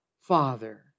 Father